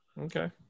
Okay